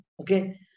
okay